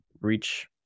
reach